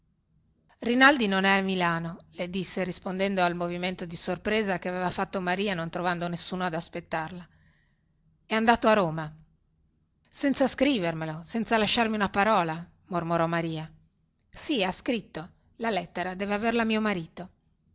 rinaldi non è a milano le disse rispondendo al movimento di sorpresa che aveva fatto maria non trovando nessuno ad aspettarla è andato a roma senza scrivermelo senza lasciarmi una parola mormorò maria sì ha scritto la lettera deve averla mio marito